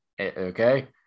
Okay